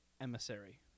Emissary